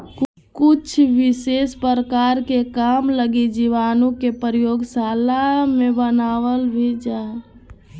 कुछ विशेष प्रकार के काम लगी जीवाणु के प्रयोगशाला मे बनावल भी जा हय